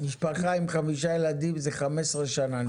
משפחה עם חמישה ילדים זה נמשך 15 שנה.